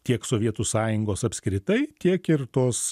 tiek sovietų sąjungos apskritai tiek ir tos